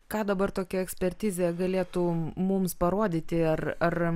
ką dabar tokia ekspertizė galėtų mums parodyti ar ar